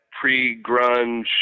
pre-grunge